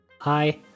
Hi